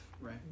right